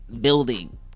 building